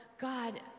god